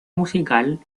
musical